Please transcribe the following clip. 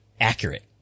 accurate